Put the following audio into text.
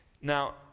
Now